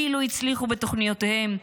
אילו הצליחו בתוכניותיהם,